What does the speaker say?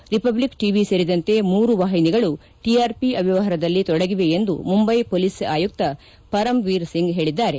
republic TV ಸೇರಿದಂತೆ ಮೂರು ವಾಹಿನಿಗಳು ಟಿಆರ್ಪಿ ಅವ್ವವಾರದಲ್ಲಿ ತೊಡಗಿವೆ ಎಂದು ಮುಂಬೈ ಹೊಲೀಸ್ ಆಯುಕ್ತ ಪರಮ್ಎೀರ್ ಸಿಂಗ್ ಹೇಳಿದ್ದಾರೆ